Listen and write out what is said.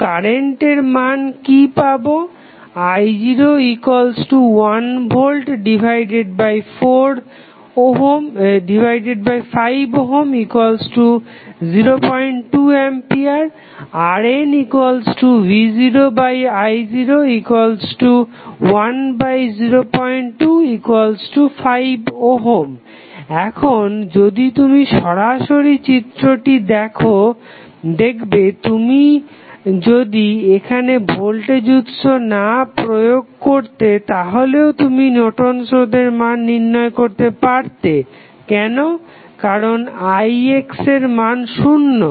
তো কারেন্টের মান কি পাবো i01V502A RNv0i01025 এখন যদি তুমি সরাসরি চিত্রটি থেকে দেখো তুমি যদি এখানে ভোল্টেজ উৎস না প্রয়োগ করতে তাহলেও তুমি নর্টন'স রোধের Nortons resistance মান নির্ণয় করতে পারতে কেন কারণ ix এর মান শুন্য